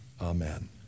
Amen